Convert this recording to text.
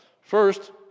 first